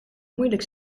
moeilijk